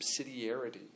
subsidiarity